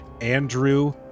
Andrew